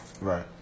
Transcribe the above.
Right